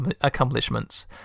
accomplishments